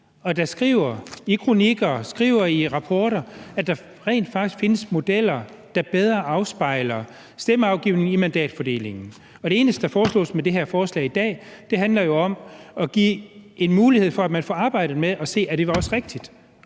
som skriver i kronikker og skriver i rapporter, at der rent faktisk findes modeller, der bedre afspejler stemmeafgivningen i mandatfordelingen? Det eneste, der foreslås med det her forslag i dag, er jo at give en mulighed for, at man får arbejdet med at se på, om det også er rigtigt,